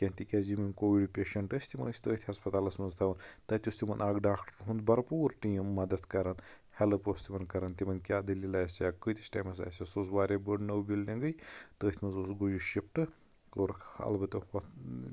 کینٛہہ تِکیازِ یِمن کووِڈ پیشنٛٹ ٲسۍ تِم ٲسۍ تٔتھۍ ہسپتالَس منٛز تھوان تتہِ اوس تِمن اکھ ڈاکٹرن ہُنٛد بَرپوٗر ٹیٖم مدد کران ہیٚلٕپ اوس تِمن کران تِمن کیاہ دٔلیل آسہِ ہا کۭتِس ٹایمَس آسہِ ہا سۄ ٲسۍ واریاہ نٔو بلڈنگٕے تٔتھۍ منٛز اوسُس گوٚو یہِ شِفٹ کوٚرُکھ اَلبتہ